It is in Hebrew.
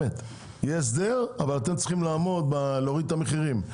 יהיה הסדר אבל בעלי המכולות צריכים להוריד את המחירים בהתאמה.